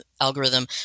algorithm